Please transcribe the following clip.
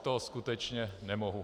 To skutečně nemohu.